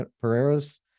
Pereira's